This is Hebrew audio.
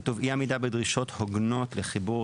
כתוב: "אי-עמידה בדרישות הוגנות לחיבור